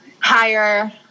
higher